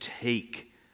take